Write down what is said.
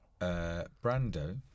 Brando